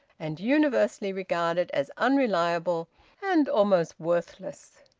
and universally regarded as unreliable and almost worthless.